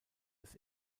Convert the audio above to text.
des